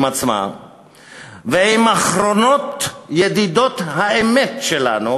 עצמה ועם אחרונות ידידות האמת שלנו,